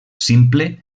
simple